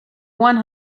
one